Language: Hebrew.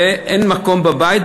ואין מקום בבית,